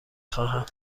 خواهم